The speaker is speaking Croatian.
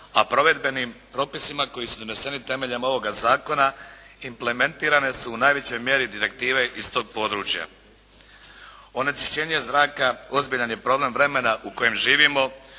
a provedbenim propisima koji su doneseni temeljem ovoga zakona implementirane su u najvećoj mjeri direktive iz tog područja. Onečišćenje zraka ozbiljan je problem vremena u kojem živimo